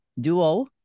duo